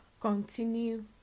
continue